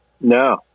No